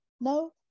No